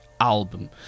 album